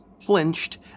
flinched